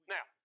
Now